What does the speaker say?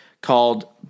called